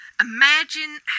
imagine